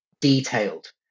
detailed